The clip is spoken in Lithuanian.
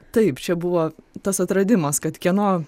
taip čia buvo tas atradimas kad kieno